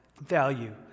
value